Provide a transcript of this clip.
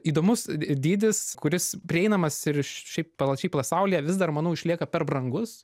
įdomus dydis kuris prieinamas ir šiaip plačiai pasaulyje vis dar manau išlieka per brangus